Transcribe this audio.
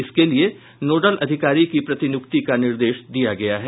इसके लिये नोडल अधिकारी की प्रतिनियुक्ति का निर्देश दिया गया है